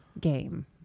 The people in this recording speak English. game